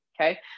Okay